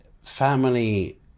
family